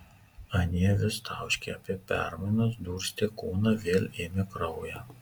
anie vis tauškė apie permainas durstė kūną vėl ėmė kraują